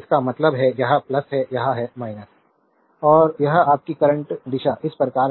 इसका मतलब है यह है यह है और यह आपकी करंट दिशा इस प्रकार है